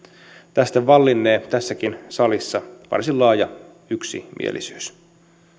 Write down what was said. tästä vallinnee tässäkin salissa varsin laaja yksimielisyys